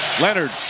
Leonard